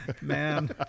Man